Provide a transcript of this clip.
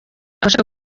ashaka